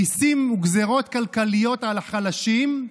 מיסים וגזרות כלכליות על החלשים,